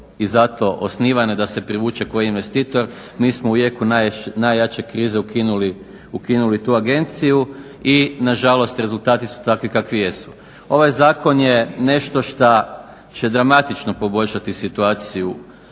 i zato osnivane da se privuče koji investitor. Mi smo u jeku najjače krize ukinuli tu agenciju i na žalost rezultati su takvi kakvi jesu. Ovaj zakon je nešto šta će dramatično poboljšati situaciju